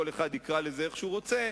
כל אחד יקרא לזה איך שהוא רוצה,